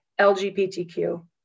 LGBTQ